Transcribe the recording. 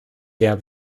der